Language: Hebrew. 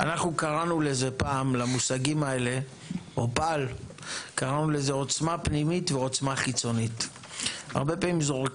אז קודם כל אנחנו כמובן רואים חשיבות בשילוב ובייצוג של הפריפריה